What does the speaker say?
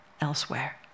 elsewhere